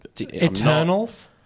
Eternals